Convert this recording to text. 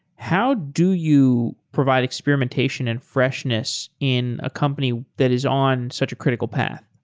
how do you provide experimentation and freshness in a company that is on such a critical path?